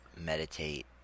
meditate